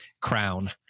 crown